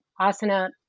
asana